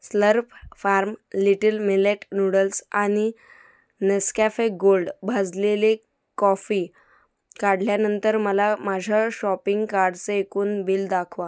Slurrp Farm little millet noodles आणि Nescafe Gold भाजलेले coffee काढल्यानंतर मला माझ्या शॉपिंग कार्टचे एकूण बिल दाखवा